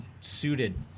suited